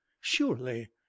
Surely